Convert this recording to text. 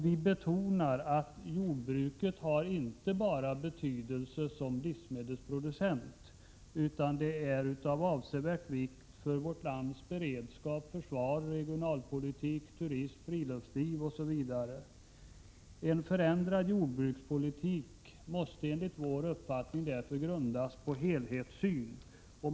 Vi betonar att jordbruket inte bara har betydelse som livsmedelsproducent, utan det är av avsevärd vikt för vårt lands beredskap, försvar, regionalpolitik, turism, friluftsliv osv. En förändrad jordbrukspolitik måste enligt vår uppfattning därför grundas på en helhetssyn.